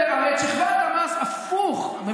הרי את שכבת המס, נכון, זה עוד, הפוך.